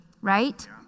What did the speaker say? Right